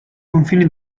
confini